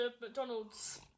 McDonald's